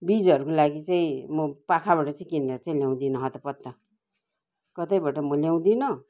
बिजहरूको लागि चाहिँ म पाखाबाट चाहिँ किनेर चाहिँ ल्याउँदिनँ हतपत्त कतैबाट म ल्याउँदिनँ